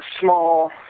small